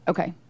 Okay